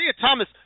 Thomas